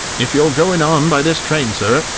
if you're going on by this train, sir,